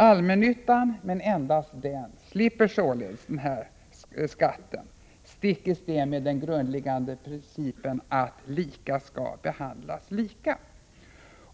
Allmännyttan — men endast den — slipper således denna skatt, stick i stäv med den grundläggande principen att lika skall behandlas lika.